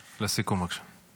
לסיכום, בבקשה.